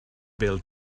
bêl